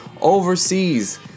overseas